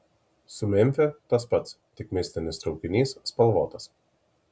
su memfiu tas pats tik mistinis traukinys spalvotas